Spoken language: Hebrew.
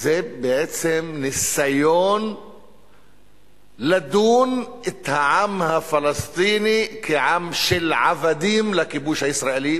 זה בעצם ניסיון לדון את העם הפלסטיני כעם של עבדים לכיבוש הישראלי,